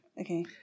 Okay